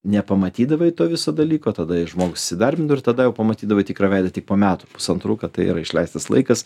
nepamatydavai to viso dalyko tada žmogus įsidarbindavo ir tada jau pamatydavai tikrą veidą tik po metų pusantrų kad tai yra išleistas laikas